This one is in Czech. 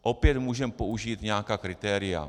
Opět můžeme použít nějaká kritéria.